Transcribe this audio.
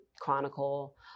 Chronicle